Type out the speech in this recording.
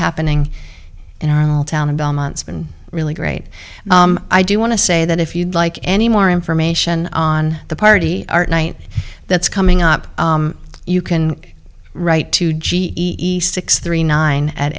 happening in our little town and belmont's been really great i do want to say that if you'd like any more information on the party or night that's coming up you can write to g e six three nine at